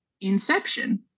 Inception